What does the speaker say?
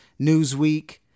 Newsweek